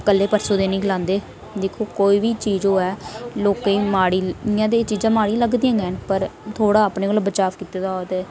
कल्लै परसों दियां नेईं खलांदे इक कोई बी चीज होऐ लोकें गी माड़ी लगदियां ते एह् चीजा पर थोह्ड़ा अपने कोला बचाव कीता दा होग